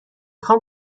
خوام